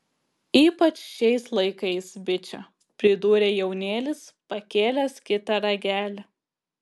ypač šiais laikais biče pridūrė jaunėlis pakėlęs kitą ragelį